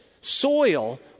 soil